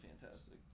fantastic